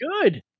good